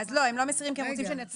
לא, הם לא מסירים כי הם רוצים שנצביע.